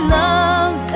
love